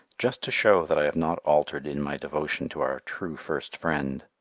just to show that i have not altered in my devotion to our true first friend.